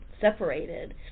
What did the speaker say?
separated